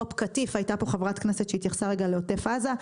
מו"פ קטיף הייתה חברת כנסת שהתייחסה לעוטף עזה,